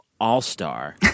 all-star